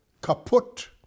caput